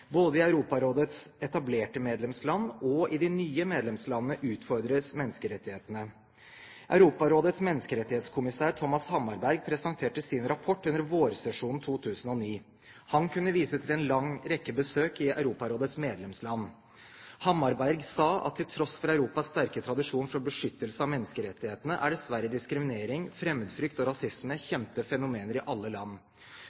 Både i Europarådets etablerte medlemsland og i de nye medlemslandene utfordres menneskerettighetene. Europarådets menneskerettighetskommissær, Thomas Hammarberg, presenterte sin rapport under vårsesjonen 2009. Han kunne vise til en lang rekke besøk i Europarådets medlemsland. Hammarberg sa at til tross for Europas sterke tradisjon for beskyttelse av menneskerettighetene er dessverre diskriminering, fremmedfrykt og rasisme